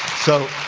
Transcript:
so